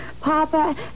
Papa